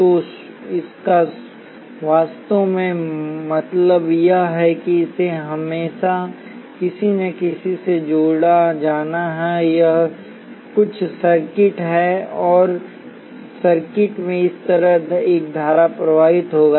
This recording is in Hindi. तो इसका वास्तव में मतलब यह है कि इसे हमेशा किसी न किसी से जोड़ा जाना है यह कुछ सर्किट है और सर्किट में इस तरह एक धारा प्रवाहित होगा